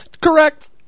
Correct